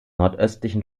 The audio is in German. nordöstlichen